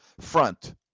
front